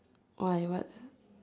why what's